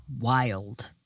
wild